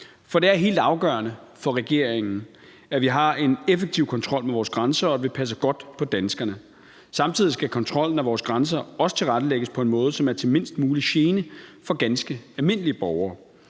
For det er helt afgørende for regeringen, at vi har en effektiv kontrol med vores grænser, og at vi passer godt på danskerne. Samtidig skal kontrollen af vores grænser også tilrettelægges på en måde, som er til mindst mulig gene for ganske almindelige borgere.